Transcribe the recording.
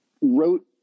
wrote